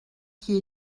qui